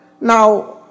Now